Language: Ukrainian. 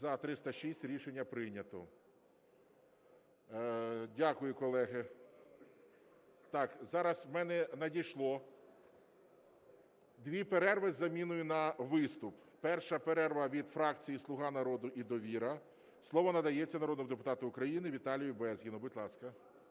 За-306 Рішення прийнято. Дякую, колеги. Так, зараз в мене надійшло, дві перерви із заміною на виступ. Перша перерва від фракцій "Слуга народу" і "Довіра". Слово надається народному депутату України Віталію Безгіну. Будь ласка.